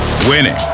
Winning